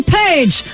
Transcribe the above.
page